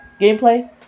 gameplay